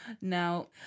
now